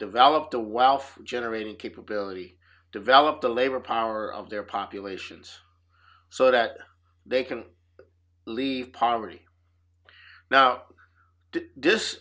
develop the well for generating capability develop the labor power of their populations so that they can leave poverty now this